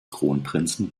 kronprinzen